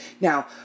Now